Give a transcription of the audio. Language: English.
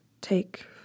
take